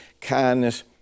kindness